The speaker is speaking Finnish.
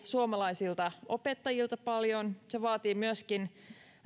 suomalaisilta opettajilta paljon ne vaativat myöskin